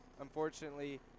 Unfortunately